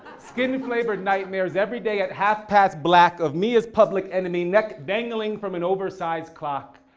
skin flavored nightmares every day at half past black of me is public enemy, neck dangling from an oversized clock.